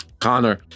Connor